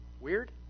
weird